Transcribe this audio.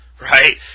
right